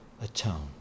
atoned